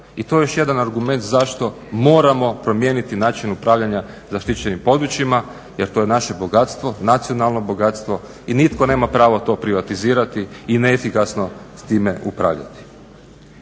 i to je još jedan argument zašto moramo promijeniti način upravljanja zaštićenim područjima, to je naše bogatstvo, nacionalno bogatstvo i nitko nema pravo to privatizirati i neefikasno s time upravljati.